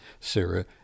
Sarah